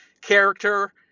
character